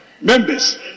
members